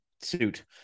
suit